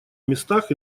местах